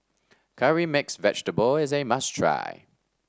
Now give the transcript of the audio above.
Curry Mixed Vegetable is a must try